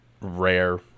rare